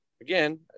Again